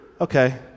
Okay